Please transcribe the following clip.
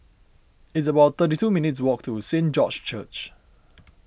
it's about thirty two minutes' walk to Saint George's Church